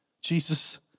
Jesus